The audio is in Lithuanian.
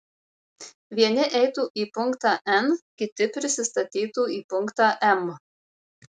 vieni eitų į punktą n kiti prisistatytų į punktą m